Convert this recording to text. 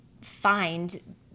find